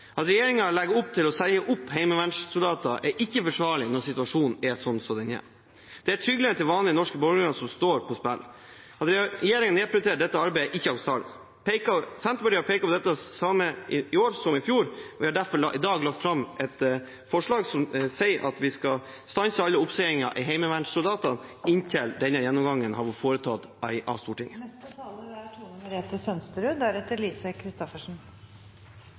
At regjeringen legger opp til å si opp heimevernssoldater, er ikke forsvarlig når situasjonen er slik som den er. Det er tryggheten til vanlige norske borgere som står på spill. At regjeringen nedprioriterer dette arbeidet, er ikke akseptabelt. Senterpartiet peker på det samme i år som i fjor. Vi har derfor i dag lagt fram et forslag om å stanse alle oppsigelser av heimevernssoldater inntil Stortinget har foretatt en gjennomgang av rapporten. Mot bl.a. Arbeiderpartiets stemmer vil det i dag fattes vedtak om å legge ned Politihøgskolens avdeling på Sæter gård ved Kongsvinger. Det er